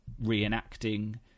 reenacting